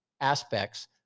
aspects